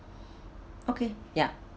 okay ya